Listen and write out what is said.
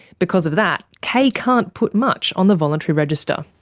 because of that, kay can't put much on the voluntary register.